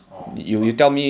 orh but